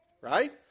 Right